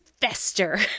fester